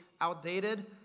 outdated